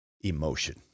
emotion